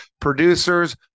producers